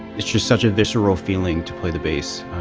it's just such a visceral feeling to play the bass.